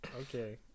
okay